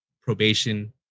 probation